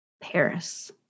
Paris